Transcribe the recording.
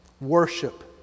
Worship